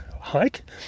hike